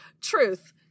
truth